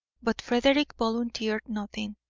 but frederick volunteered nothing,